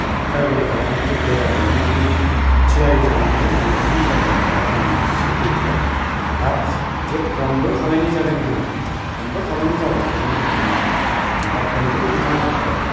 travel खालायनाय जे बेरायहैनांगौनि थियारि जानानै दं नोंथांनि द्रायभारा दाबो मानो सफैदिया थाब जे फनबो खालायनाय जादों आङो फनबो खालायनाय जाबाय खेबनै खेबथाम नोंथां दा फनखौबो बिथाङा दिखोआखै